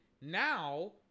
now